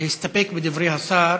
להסתפק בדברי השר,